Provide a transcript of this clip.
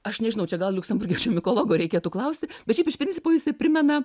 aš nežinau čia gal liuksemburgiečių mikologo reikėtų klausti bet šiaip iš principo jisai primena